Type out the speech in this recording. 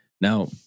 Now